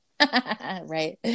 Right